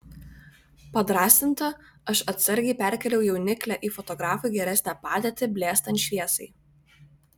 padrąsinta aš atsargiai perkėliau jauniklę į fotografui geresnę padėtį blėstant šviesai